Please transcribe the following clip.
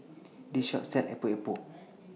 This Shop sells Epok Epok